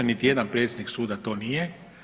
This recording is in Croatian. Niti jedan predsjednik suda to nije.